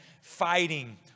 fighting